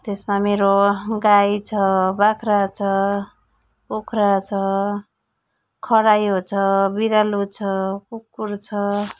त्यसमा मेरो गाई छ बाख्रा छ कुखुरा छ खरायो छ बिरालो छ कुकुर छ